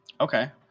Okay